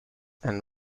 and